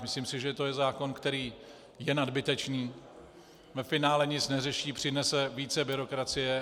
Myslím si, že to je zákon, který je nadbytečný, ve finále nic neřeší, přinese více byrokracie.